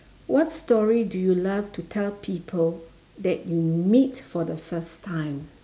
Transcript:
what story do you love to tell people that you meet for the first time